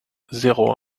zéro